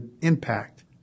impact